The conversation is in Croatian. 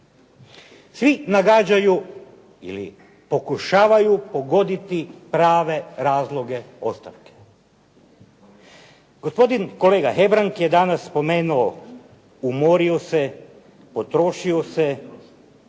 Svi nagađaju ili pokušavaju pogoditi prave razloge ostavke. Gospodin kolega Hebrang je danas spomenuo umorio se, potrošio se,